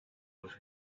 was